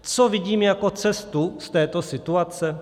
Co vidím jako cestu z této situace?